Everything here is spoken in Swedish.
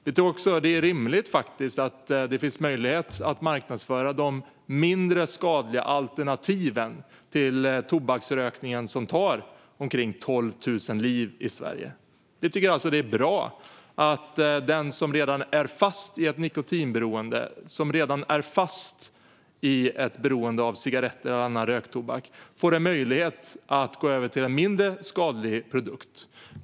Vi tror också att det är rimligt att det finns möjlighet att marknadsföra de mindre skadliga alternativen till tobaksrökningen, som tar omkring 12 000 liv i Sverige. Vi tycker alltså att det är bra att den som redan är fast i ett nikotinberoende, som redan är fast i ett beroende av cigaretter eller annan röktobak, får en möjlighet att gå över till en mindre skadlig produkt.